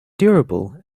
durable